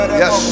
yes